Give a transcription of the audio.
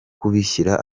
kubishyira